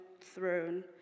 throne